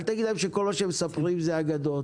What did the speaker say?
אל תגיד שכל מה שהם מספרים זה אגדות.